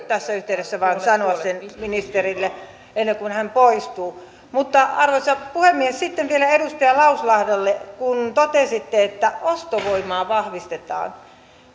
tässä yhteydessä sanoa sen ministerille ennen kuin hän poistuu arvoisa puhemies sitten vielä edustaja lauslahdelle kun totesitte että ostovoimaa vahvistetaan